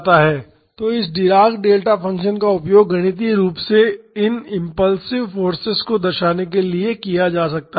तो इस Dirac delta function का उपयोग गणितीय रूप से इन इम्पुल्सिव फोर्सेज को दर्शाने के लिए किया जा सकता है